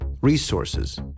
resources